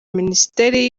minisiteri